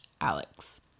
alex